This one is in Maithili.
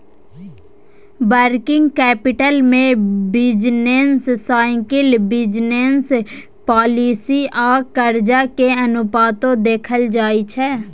वर्किंग कैपिटल में बिजनेस साइकिल, बिजनेस पॉलिसी आ कर्जा के अनुपातो देखल जाइ छइ